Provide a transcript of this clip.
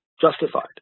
justified